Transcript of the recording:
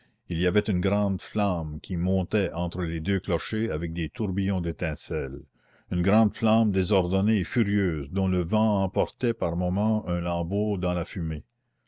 il y avait une grande flamme qui montait entre les deux clochers avec des tourbillons d'étincelles une grande flamme désordonnée et furieuse dont le vent emportait par moments un lambeau dans la fumée